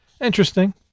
Interesting